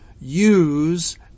use